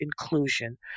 inclusion